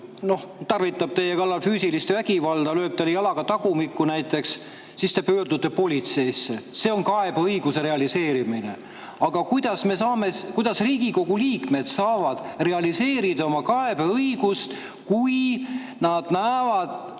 keegi tarvitab teie kallal füüsilist vägivalda, lööb teile jalaga tagumikku, siis te pöördute politseisse. See on kaebeõiguse realiseerimine. Aga kuidas me saame, kuidas Riigikogu liikmed saavad realiseerida oma kaebeõigust, kui nad näevad,